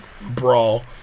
brawl